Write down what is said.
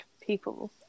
people